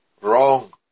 wrong